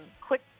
quick